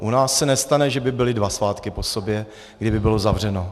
U nás se nestane, že by byly dva svátky po sobě, kdy by bylo zavřeno.